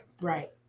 Right